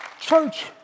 Church